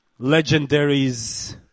legendaries